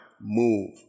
move